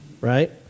right